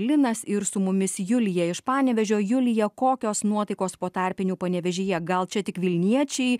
linas ir su mumis julija iš panevėžio julija kokios nuotaikos po tarpinių panevėžyje gal čia tik vilniečiai